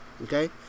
Okay